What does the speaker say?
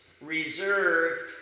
reserved